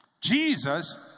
Jesus